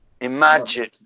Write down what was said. Imagine